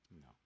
No